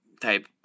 type